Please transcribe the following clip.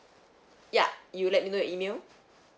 ya you let me know your email